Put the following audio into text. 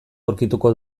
aurkituko